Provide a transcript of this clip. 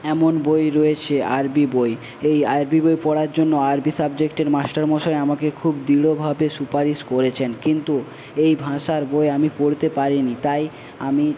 এমন বই রয়েছে আরবি বই এই আরবি বই পড়ার জন্য আরবি সাবজেক্টের মাস্টার মশাই আমাকে খুব দৃঢ়ভাবে সুপারিশ করেছেন কিন্তু এই ভাষার বই আমি পড়তে পারি নি তাই আমি